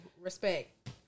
respect